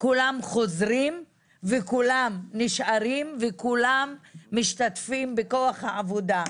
כולם חוזרים וכולם נשארים וכולם משתתפים בכוח העבודה.